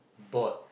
port